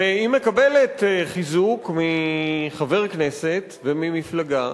והיא מקבלת חיזוק מחבר כנסת וממפלגה,